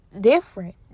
different